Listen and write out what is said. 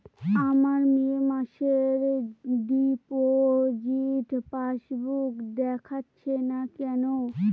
আমার মে মাসের ডিপোজিট পাসবুকে দেখাচ্ছে না কেন?